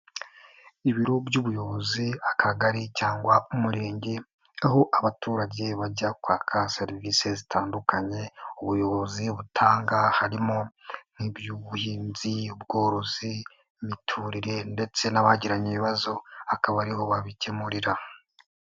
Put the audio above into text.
Ibiro by'ubuyobozi akagari cyangwa umurenge, aho abaturage bajya kwaka serivisi zitandukanye ubuyobozi butanga, harimo nk'iby'ubuhinzi, ubworozi, imiturire ndetse n'abagiranye ibibazo akaba ari ho babikemurira.